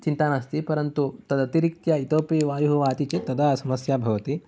चिन्ता नास्ति परन्तु तद् अतिरिरिक्त्या इतोपि वायुः वाति चेत् तदा समस्या भवति